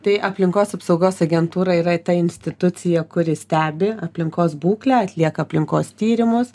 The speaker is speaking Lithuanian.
tai aplinkos apsaugos agentūra yra ta institucija kuri stebi aplinkos būklę atlieka aplinkos tyrimus